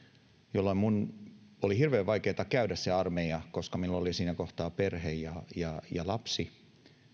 jolloin minun oli hirveän vaikeaa käydä se armeija koska minulla oli siinä kohtaa perhe ja ja lapsi